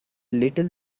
little